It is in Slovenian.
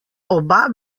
oba